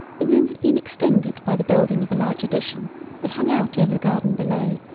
the room had been extended by the building of a large addition that hung out over the garden below,